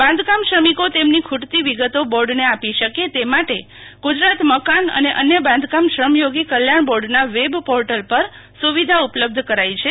બાંધકામ શ્રમિકોને તેમની ખુ ટતી વિગતો બોર્ડને આપી શકે તે માટે ગુજરાત મકાન અને અન્ય બાંધકામ શ્રમયોગી કલ્યાણ બોર્ડના વેબ પોર્ટલ પર સુવિધા ઉપલબ્ધ કરાઈ છે